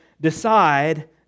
decide